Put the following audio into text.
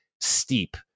steep